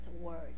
words